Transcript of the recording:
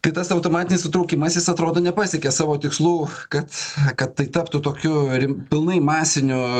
tai tas automatinis įtraukimas jis atrodo nepasiekė savo tikslų kad kad tai taptų tokiu rim pilnai masiniu